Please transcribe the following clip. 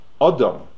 Adam